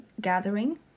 gathering